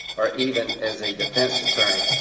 or even as a defense attorney.